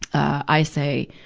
i say,